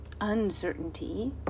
uncertainty